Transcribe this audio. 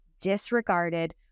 disregarded